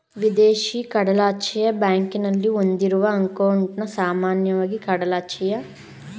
ವಿದೇಶಿ ಕಡಲಾಚೆಯ ಬ್ಯಾಂಕ್ನಲ್ಲಿ ಹೊಂದಿರುವ ಅಂಕೌಟನ್ನ ಸಾಮಾನ್ಯವಾಗಿ ಕಡಲಾಚೆಯ ಅಂಕೌಟ್ ಎಂದು ವಿವರಿಸುದ್ರು